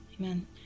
Amen